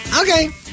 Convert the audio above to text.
Okay